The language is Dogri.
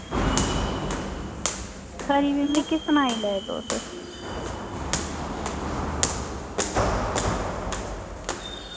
खरी भी मिगी सनाई लैयो तुस